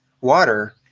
water